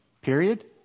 period